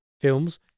films